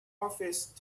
office